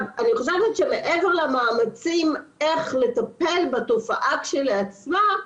אני חושבת שמעבר למאמצים איך לטפל בתופעה כשלעצמה,